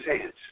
hands